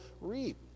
reap